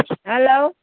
hello